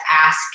ask